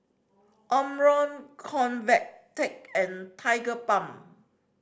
Omron Convatec and Tigerbalm